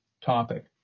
topic